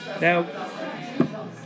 Now